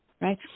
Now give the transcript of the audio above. right